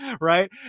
Right